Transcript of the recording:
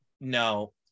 no